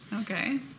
okay